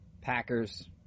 Packers